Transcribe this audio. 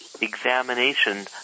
examination